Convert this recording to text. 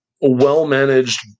well-managed